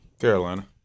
Carolina